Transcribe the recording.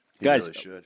guys